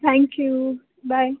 thank you bye